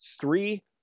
three